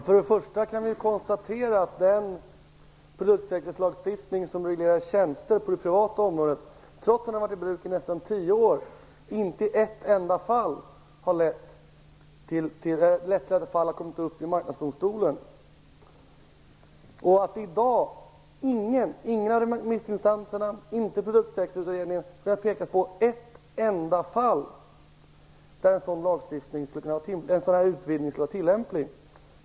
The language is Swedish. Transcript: Fru talman! Vi kan konstatera att den produktsäkerhetslagstiftning som reglerar tjänster på det privata området, trots att den har varit i bruk i nästan tio år, inte har lett till att ett enda fall har kommit upp i Marknadsdomstolen. Ingen av remissinstanserna, och inte heller Produktsäkerhetsutredningen, har kunnat peka på ett enda fall där en sådan utvidgning skulle kunna vara tillämplig.